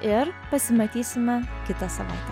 ir pasimatysime kitą savaitę